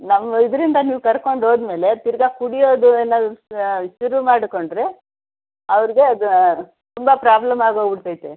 ನಮ್ಮ ಇದರಿಂದ ನೀವು ಕರ್ಕೊಂಡು ಹೋದ ಮೇಲೆ ತಿರ್ಗಿ ಕುಡಿಯೋದು ಏನಾದ್ರು ಶುರು ಮಾಡಿಕೊಂಡ್ರೆ ಅವ್ರಿಗೆ ಅದು ತುಂಬ ಪ್ರಾಬ್ಲಮ್ ಆಗೋಗಿ ಬಿಟೈತೆ